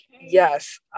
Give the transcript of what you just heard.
Yes